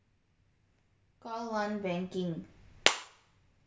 call one banking